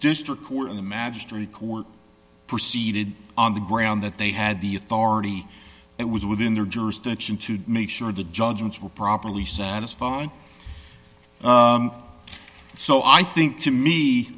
magistrate court proceeded on the ground that they had the authority it was within their jurisdiction to make sure the judgments were properly satisfied so i think to me